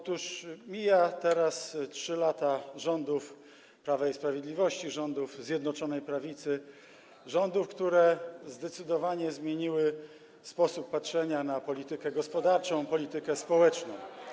Otóż mijają teraz 3 lata rządów Prawa i Sprawiedliwości, rządów Zjednoczonej Prawicy, rządów, które zdecydowanie zmieniły sposób patrzenia na politykę gospodarczą, politykę społeczną.